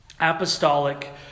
apostolic